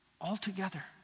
altogether